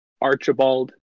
Archibald